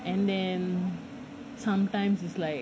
and then sometimes is like